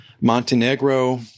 Montenegro